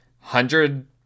hundred